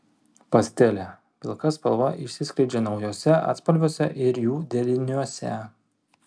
pastelė pilka spalva išsiskleidžia naujuose atspalviuose ir jų deriniuose